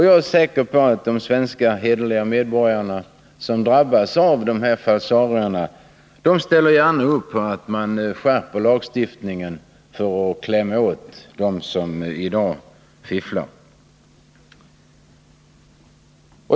Jag är säker på att de hederliga svenska medborgare som drabbas av falsarierna gärna ställer upp på att skärpa lagstiftningen för att klämma åt dem som fifflar.